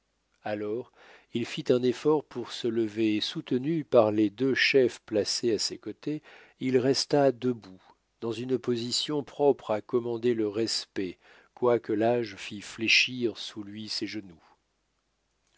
alors il fit un effort pour se lever et soutenu par les deux chefs placés à ses côtés il resta debout dans une position propre à commander le respect quoique l'âge fît fléchir sous lui ses genoux